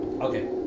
Okay